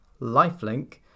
lifelink